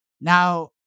Now